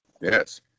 Yes